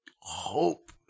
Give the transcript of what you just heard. hope